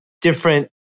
different